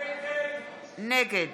נגד